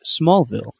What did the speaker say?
Smallville